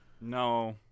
No